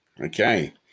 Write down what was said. Okay